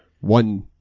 one